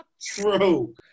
true